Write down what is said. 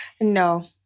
no